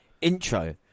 intro